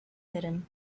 hidden